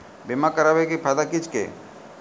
बीमा कराबै के की फायदा छै?